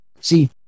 See